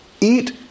eat